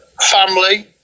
family